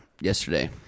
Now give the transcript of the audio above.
yesterday